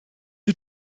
wyt